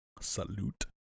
Salute